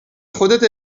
خودت